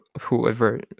whoever